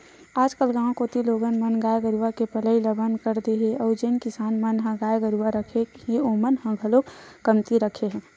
आजकल गाँव कोती लोगन मन गाय गरुवा के पलई ल बंद कर दे हे अउ जेन किसान मन ह गाय गरुवा रखे हे ओमन ह घलोक कमती रखे हे